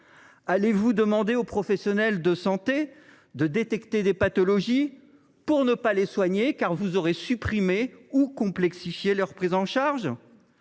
Allez vous demander aux professionnels de santé de détecter des pathologies pour ne pas les soigner, car vous aurez supprimé leur prise en charge